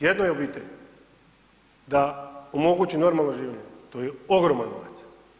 Jednoj obitelji da omogući normalno življenje, to je ogroman novac.